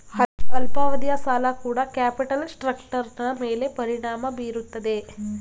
ಅಲ್ಪಾವಧಿಯ ಸಾಲ ಕೂಡ ಕ್ಯಾಪಿಟಲ್ ಸ್ಟ್ರಕ್ಟರ್ನ ಮೇಲೆ ಪರಿಣಾಮ ಬೀರುತ್ತದೆ